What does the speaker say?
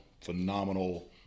phenomenal